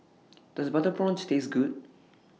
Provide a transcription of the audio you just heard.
Does Butter Prawns Taste Good